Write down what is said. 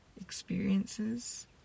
Experiences